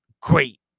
great